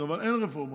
אבל אין רפורמות,